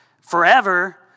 forever